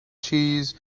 cheese